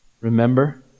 Remember